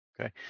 Okay